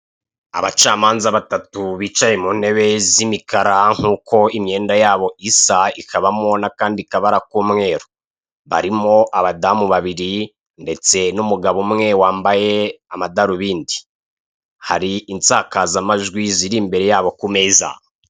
Abacamanza batatu bicaye mu ntebe nk'uko imyenda yabo isa ikabamo n'akandi kabara k'umweru, barimo abadamu babiri ndetse n'umugabo umwe wambaye amadarubindi, hari insakazamajwi ziri imbere yabo ku meza.